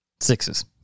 sixes